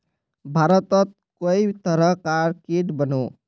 भारतोत कई तरह कार कीट बनोह